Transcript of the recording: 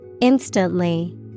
Instantly